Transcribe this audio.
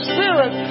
Spirit